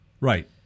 Right